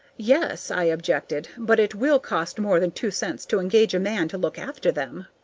yes, i objected, but it will cost more than two cents to engage a man to look after them.